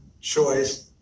choice